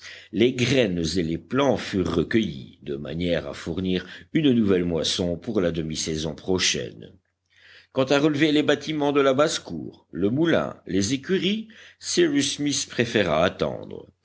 les graines et les plants furent recueillis de manière à fournir une nouvelle moisson pour la demi saison prochaine quant à relever les bâtiments de la basse-cour le moulin les écuries cyrus smith préféra attendre